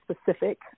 specific